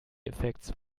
effekts